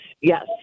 yes